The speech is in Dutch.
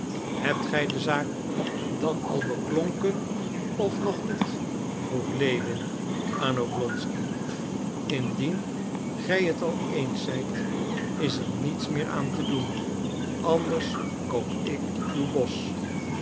hebt gij de zaak dan al beklonken of nog niet vroeg lewin aan oblonsky indien gij het al eens zijt is er niets meer aan te doen anders koop ik uw bosch